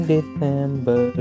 December